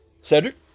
Cedric